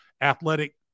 Athletic